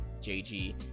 JG